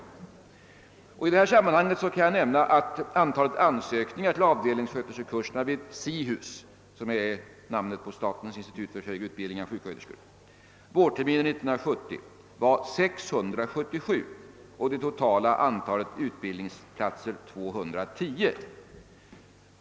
I det här sammanhanget kan jag nämna att antalet ansökningar till avdelningssköterskekurserna vid SIHUS — statens institut för högre utbildning av sjuksköterskor — vårterminen 1970 var 677 och det totala antalet utbildningsplatser 210.